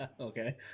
Okay